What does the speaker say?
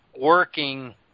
working